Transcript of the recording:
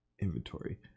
inventory